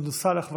סונדוס סאלח,